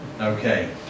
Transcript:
Okay